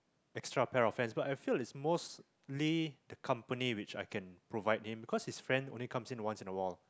extra pair of hands but I feel it's most lay accompany which I can provide him because his friend only comes in only once a while